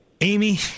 amy